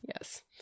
Yes